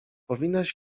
powinnaś